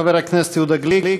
חבר הכנסת יהודה גליק.